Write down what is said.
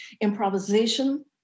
improvisation